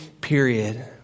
period